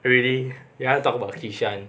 really you can talk about kishan